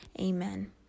amen